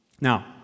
Now